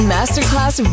Masterclass